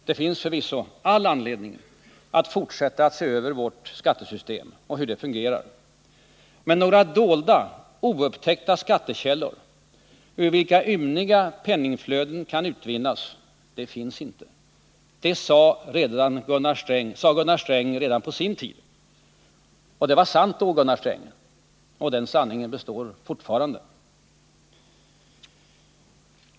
Det finns förvisso all anledning att fortsätta att se över vårt skattesystem och hur det fungerar. Men några dolda, oupptäckta skattekällor, ur vilka ymniga penningflöden kan utvinnas, finns inte. Det sade Gunnar Sträng på sin tid. Det var sant då, och den sanningen består fortfarande.